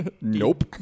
nope